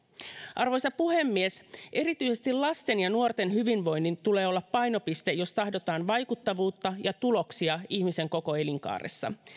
arvoisa puhemies erityisesti lasten ja nuorten hyvinvoinnin tulee olla painopiste jos tahdotaan vaikuttavuutta ja tuloksia ihmisen koko elinkaaressa